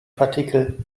partikel